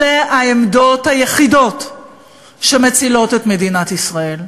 אלה העמדות היחידות שמצילות את מדינת ישראל.